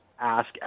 ask